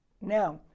Now